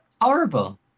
Horrible